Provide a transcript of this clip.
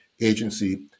agency